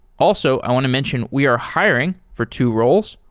also, i want to mention, we are hiring for two roles.